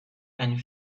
and